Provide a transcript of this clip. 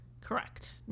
Correct